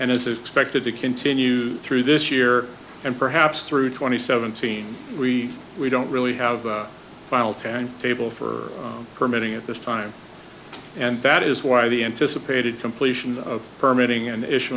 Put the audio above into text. and is expected to continue through this year and perhaps through twenty seventeen we we don't really have a final ten table for permitting at this time and that is why the anticipated completion of her meeting and i